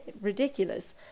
Ridiculous